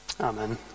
Amen